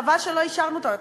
חבל שלא אישרנו אותו.